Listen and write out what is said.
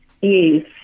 Yes